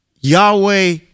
Yahweh